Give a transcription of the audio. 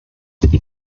die